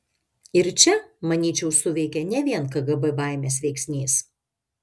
ir čia manyčiau suveikė ne vien kgb baimės veiksnys